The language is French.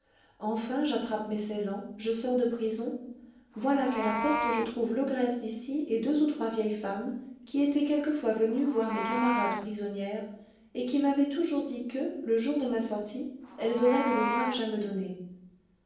enfin j'attrape mes seize ans je sors de prison voilà qu'à la porte je trouve l'ogresse d'ici et deux ou trois vieilles femmes qui étaient quelquefois venues voir mes camarades prisonnières et qui m'avaient toujours dit que le jour de ma sortie elles auraient de l'ouvrage à me donner